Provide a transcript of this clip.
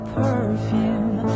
perfume